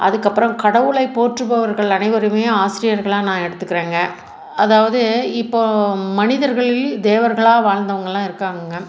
அதுக்கு அப்புறம் கடவுளை போற்றுபவர்கள் அனைவருமே ஆசிரியர்களாக நான் எடுத்துக்கிறேங்க அதாவது இப்போ மனிதர்களில் தேவர்களாக வாழ்ந்தவங்களாக இருக்காங்கங்க